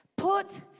Put